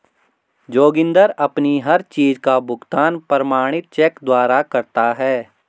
जोगिंदर अपनी हर चीज का भुगतान प्रमाणित चेक द्वारा करता है